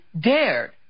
dared